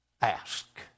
ask